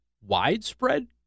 widespread